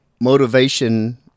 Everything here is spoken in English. Motivation